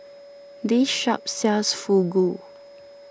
this shop sells Fugu